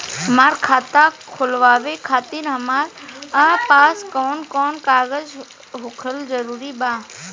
हमार खाता खोलवावे खातिर हमरा पास कऊन कऊन कागज होखल जरूरी बा?